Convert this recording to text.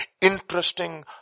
interesting